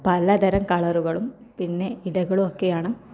പലതരം കളറുകളും പിന്നെ ഇലകളൊക്കെയാണ്